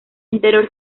interior